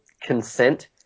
consent